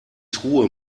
truhe